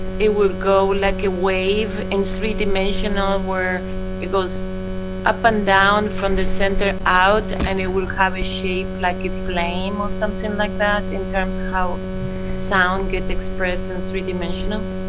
it will go like a wave in three dimensional where it goes up and down, from the center out, and it will have a shape like a flame, or something like that, in terms how sound get expressed in three dimensional?